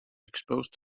exposed